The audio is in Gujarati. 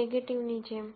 નેગેટીવ ની જેમ